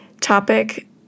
topic